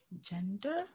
Gender